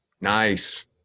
Nice